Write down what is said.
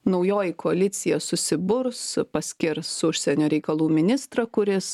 naujoji koalicija susiburs paskirs užsienio reikalų ministrą kuris